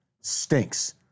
Stinks